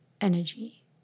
energy